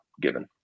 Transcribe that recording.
given